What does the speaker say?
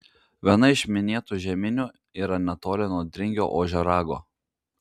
viena iš minėtų žeminių yra netoli nuo dringio ožio rago